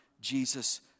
Jesus